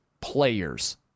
players